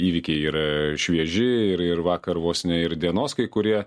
įvykiai yra švieži ir ir vakar vos ne ir dienos kai kurie